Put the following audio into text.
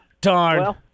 Darn